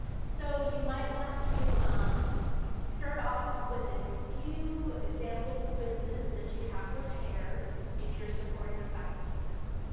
so you might want to um start off with a few example quizzes that you have prepared if you're supporting a faculty member.